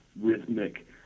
rhythmic